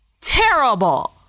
Terrible